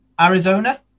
Arizona